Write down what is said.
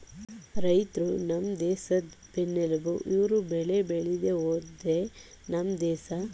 ರೈತ್ರು ನಮ್ ದೇಶದ್ ಬೆನ್ನೆಲ್ಬು ಇವ್ರು ಬೆಳೆ ಬೇಳಿದೆ ಹೋದ್ರೆ ನಮ್ ದೇಸ ಮುಂದಕ್ ಹೋಗಕಿಲ್ಲ